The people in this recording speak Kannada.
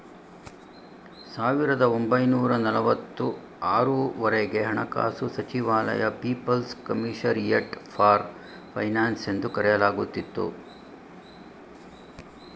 ಸಾವಿರದ ಒಂಬೈನೂರ ನಲವತ್ತು ಆರು ವರೆಗೆ ಹಣಕಾಸು ಸಚಿವಾಲಯ ಪೀಪಲ್ಸ್ ಕಮಿಷರಿಯಟ್ ಫಾರ್ ಫೈನಾನ್ಸ್ ಎಂದು ಕರೆಯಲಾಗುತ್ತಿತ್ತು